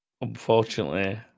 unfortunately